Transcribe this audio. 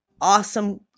awesome